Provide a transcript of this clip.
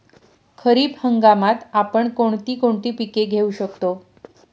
खरीप हंगामात आपण कोणती कोणती पीक घेऊ शकतो?